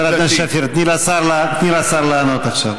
חברת הכנסת שפיר, תני לשר לענות עכשיו.